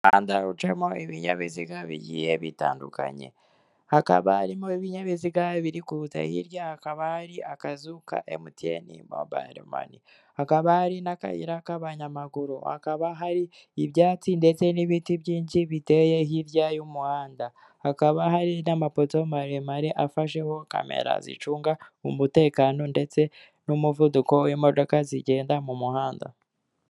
Umuhanda ucamo ibinyabiziga bigiye bitandukanye hakaba harimo ibinyabiziga biri kuza hirya hakaba hari akazu ka Emutiyeni mobayilo mani, hakaba hari n'akayira k'abanyamaguru, hakaba hari ibyatsi ndetse n'ibiti byinshi biteye hirya y'umuhanda, hakaba hari n'amapoto maremare afasheho kamera zicunga umutekano ndetse n'umuvuduko w'imodoka zigenda mu muhanda.